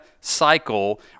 cycle